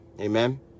Amen